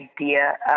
idea